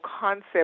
concept